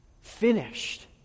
finished